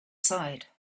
side